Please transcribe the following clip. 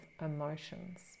emotions